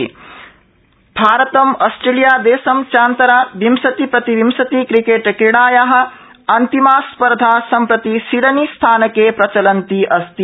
cricket भारतम् Australia देशं चान्तरा विंशति प्रतिविंशति क्रिकेट् क्रीडाया अन्तिमा स् र्धा सम्प्रति सीडनी स्थानके प्रचलन्ती अस्ति